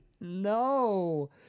No